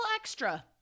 extra